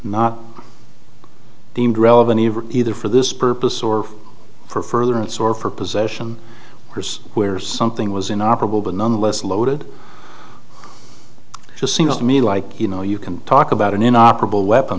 not deemed relevant either for this purpose or for further in store for possession or course where something was in operable but nonetheless loaded just seems to me like you know you can talk about an inoperable weapon